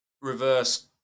reverse